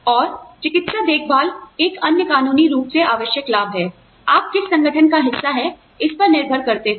और चिकित्सा देखभाल एक अन्य कानूनी रूप से आवश्यक लाभ है आप किस संगठन का हिस्सा हैं इस पर निर्भर करते हुए